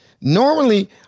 Normally